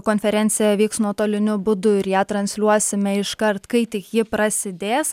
konferencija vyks nuotoliniu būdu ir ją transliuosime iškart kai tik ji prasidės